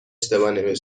سرخ